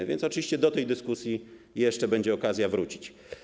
A więc oczywiście do tej dyskusji jeszcze będzie okazja wrócić.